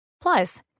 Plus